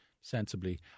sensibly